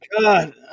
God